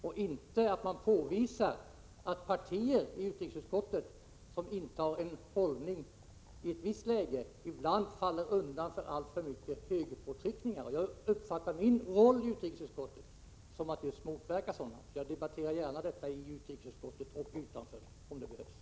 och inte att man påvisar att partier som i utrikesutskottet intar en viss hållning ibland faller undan för alltför mycket högerpåtryckningar. Jag uppfattar min roll i utrikesutskottet som att just motverka sådana tendenser. Jag debatterar gärna detta i utrikesutskottet och även utanför om det behövs.